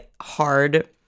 hard